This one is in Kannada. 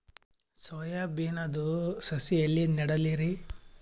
ಸೊಯಾ ಬಿನದು ಸಸಿ ಎಲ್ಲಿ ನೆಡಲಿರಿ?